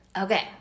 Okay